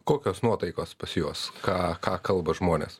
kokios nuotaikos pas juos ką ką kalba žmonės